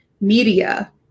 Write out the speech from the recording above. media